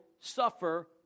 suffer